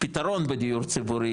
פתרון בדיור ציבורי,